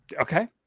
okay